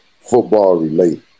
football-related